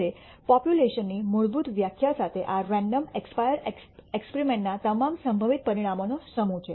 હવેપોપ્યુલેશનની મૂળભૂત વ્યાખ્યા સાથે આ રેન્ડમ ઇક્સ્પાઇર એક્સપ્રેમિન્ટના તમામ સંભવિત પરિણામોનો સમૂહ છે